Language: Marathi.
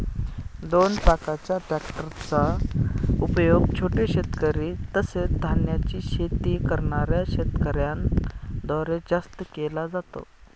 दोन चाकाच्या ट्रॅक्टर चा उपयोग छोटे शेतकरी, तसेच धान्याची शेती करणाऱ्या शेतकऱ्यांन द्वारे जास्त केला जातो